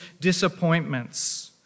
disappointments